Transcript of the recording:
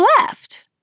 left